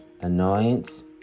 annoyance